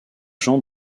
jean